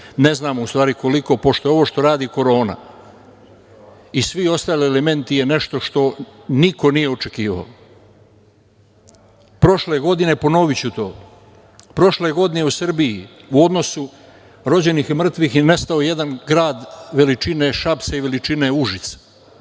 Ne znam u stvari, koliko, pošto je ovo što radi korona i svi ostali elementi je, nešto što niko nije očekivao. Prošle godine, ponoviću to, prošle godine u Srbiji u odnosu rođenih i mrtvih je nestao jedan grad veličine Šapca i veličine Užica.